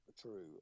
true